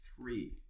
Three